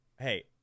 Hey